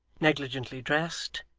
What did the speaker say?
negligently dressed,